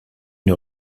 une